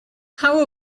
how